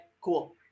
cool